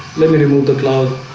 let me remove the cloud